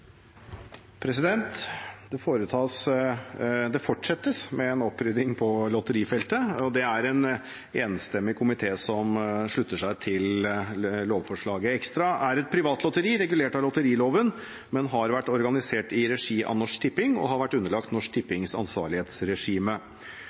Det anses vedtatt. Det fortsettes med en opprydning på lotterifeltet, og det er en enstemmig komité som slutter seg til lovforslaget. Extra er et privatlotteri regulert av lotteriloven, men har vært organisert i regi av Norsk Tipping og har vært underlagt Norsk Tippings ansvarlighetsregime.